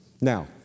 Now